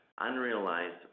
unrealized